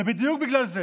ובדיוק בגלל זה